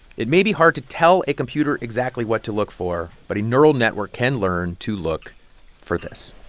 it may be hard to tell a computer exactly what to look for, but a neural network can learn to look for this